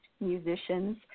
musicians